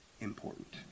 important